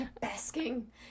Basking